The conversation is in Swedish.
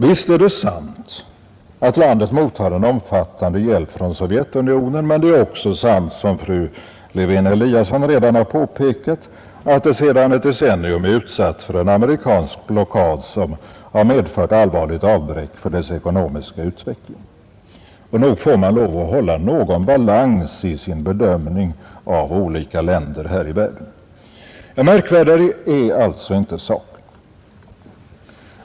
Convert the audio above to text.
Visst är det sant att landet mottar en omfattande hjälp från Sovjetunionen, men det är också sant — som fru Lewén-Eliasson redan har påpekat — att det sedan ett decennium är utsatt för en amerikansk blockad, som har medfört allvarligt avbräck för dess ekonomiska utveckling. Nog får man lov att hålla någon balans i sin bedömning av olika länder här i världen. Märkvärdigare är alltså inte saken.